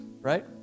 right